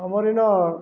ଆମର ଏଇନ